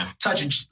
touching—